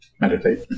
meditate